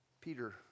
Peter